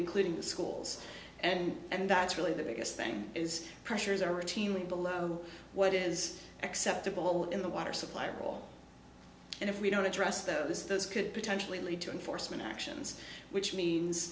including the schools and that's really the biggest thing is pressures are routinely below what is acceptable in the water supply role and if we don't address those those could potentially lead to enforcement actions which means